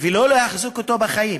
ולא להחזיק אותו בחיים,